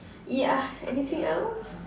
yeah anything else